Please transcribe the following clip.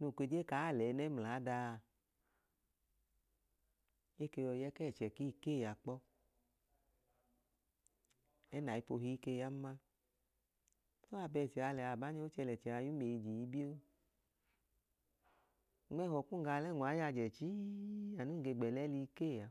no ke je kaa l'ẹẹnẹ ml'aadaa eke yọi y'ẹkẹchẹ ki keia kpọ ẹẹ n'aipohi ke yan ma so abẹẹchẹ lẹa abanya ochẹlẹchẹ yum eyiji ibion. Nm'ẹhọ kum ngaa y'ajẹ chii anun ge gbẹlẹli ikeia